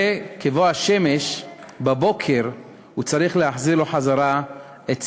וכבוא השמש, בבוקר, הוא צריך להחזיר לו את שמלתו.